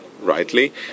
rightly